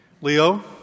Leo